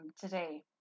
today